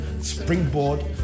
Springboard